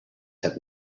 have